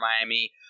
miami